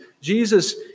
Jesus